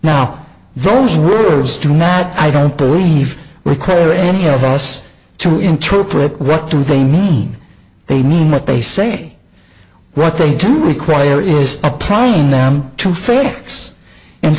now those rules to nat i don't believe require any of us to interpret what do they mean they mean what they say what they do require is applying them to fa